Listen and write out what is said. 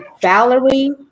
Valerie